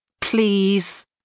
Please